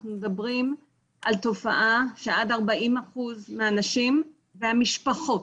אנחנו מדברים על תופעה שעד 40% מהנשים והמשפחות,